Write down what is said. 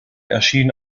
erschien